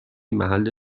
محل